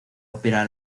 ópera